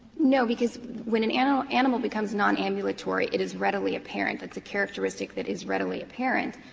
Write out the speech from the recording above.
no, because when an animal animal becomes nonambulatory it is readily apparent. that's a characteristic that is readily apparent.